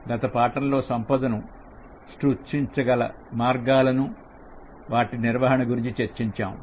గత పాఠంలో సంపదను సృష్టించగల మార్గాలను వాటి నిర్వహణ గురించి చర్చించాము